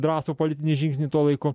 drąsų politinį žingsnį tuo laiku